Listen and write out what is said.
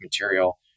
material